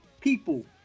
people